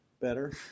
better